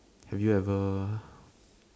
have you ever